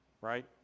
Right